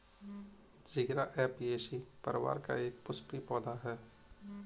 जीरा ऍपियेशी परिवार का एक पुष्पीय पौधा है